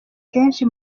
kenshi